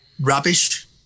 rubbish